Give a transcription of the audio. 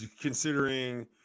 considering